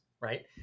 right